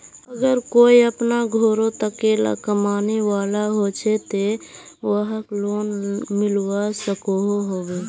अगर कोई अपना घोरोत अकेला कमाने वाला होचे ते वाहक लोन मिलवा सकोहो होबे?